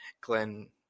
Glenn